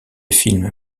film